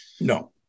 No